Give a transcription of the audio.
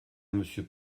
monsieur